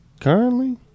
currently